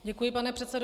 Děkuji, pane předsedo.